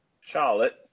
Charlotte